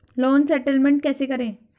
Loan settlement कैसे करें?